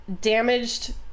damaged